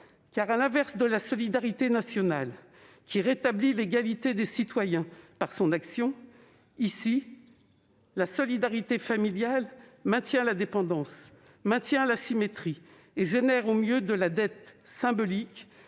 Car, à l'inverse de la solidarité nationale, qui rétablit l'égalité des citoyens par son action, la solidarité familiale maintient dans ce cas la dépendance et l'asymétrie, génère au mieux de la dette symbolique,